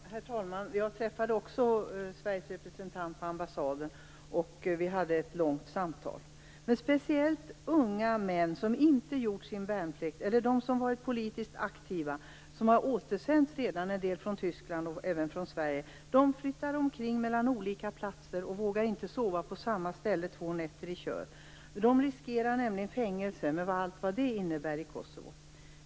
Herr talman! Jag träffade också Sveriges representant på ambassaden. Vi hade ett långt samtal. Speciellt de unga män som inte har gjort sin värnplikt, eller de som varit politiskt aktiva, som redan återsänts från Tyskland och även från Sverige flyttar omkring på olika platser och vågar inte sova två nätter på samma ställe i rad. De riskerar nämligen fängelse, med allt vad det innebär i Kosova.